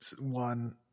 one